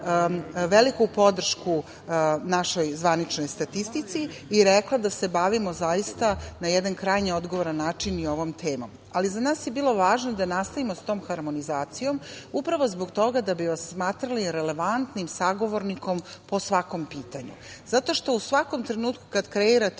veliku podršku našoj zvaničnoj statistici i rekla da se bavimo zaista na jedan krajnje odgovoran način i ovom temom.Za nas je bilo važno da nastavimo sa tom harmonizacijom, upravo zbog toga da bi vas smatrali relevantnim sagovornikom po svakom pitanju zato što u svakom trenutku kad kreirate